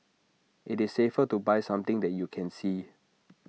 IT is safer to buy something that you can see